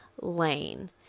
lane